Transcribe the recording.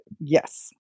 Yes